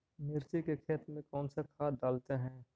मिर्ची के खेत में कौन सा खाद डालते हैं?